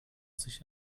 sich